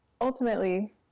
ultimately